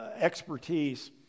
expertise